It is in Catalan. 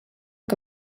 que